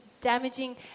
damaging